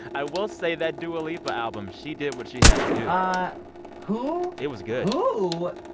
i will say, that dua lipa album she did what she had to do ah who? it was good who?